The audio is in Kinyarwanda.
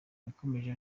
yakomeje